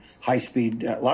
high-speed